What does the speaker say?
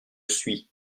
suis